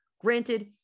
Granted